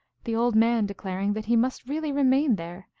the old man declaring that he must really remain there,